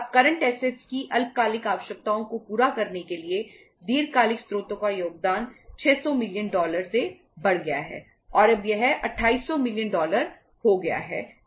अब current assets हो गया है जो दीर्घकालिक स्रोतों से आएगा